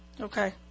Okay